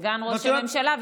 סגן ראש הממשלה.